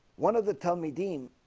one of the tommy dean